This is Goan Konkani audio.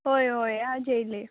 हय हय आयज येयले